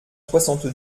soixante